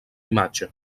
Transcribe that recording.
imatge